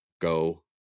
go